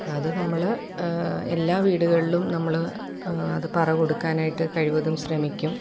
അത് നമ്മൾ എല്ലാ വീടുകളിലും നമ്മൾ അത് പറ കൊടുക്കാനായിട്ട് കഴിവതും ശ്രമിക്കും